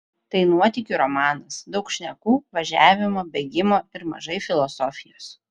tai nuotykių romanas daug šnekų važiavimo bėgimo ir mažai filosofijos